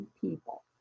people